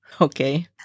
Okay